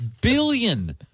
billion